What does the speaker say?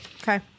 Okay